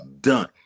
done